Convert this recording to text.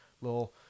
little